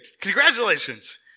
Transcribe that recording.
Congratulations